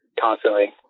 constantly